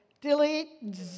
delete